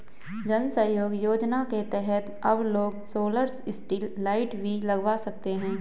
जन सहयोग योजना के तहत अब लोग सोलर स्ट्रीट लाइट भी लगवा सकते हैं